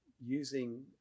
using